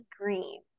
green